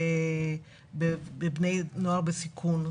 בנוער בסיכון.